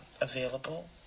available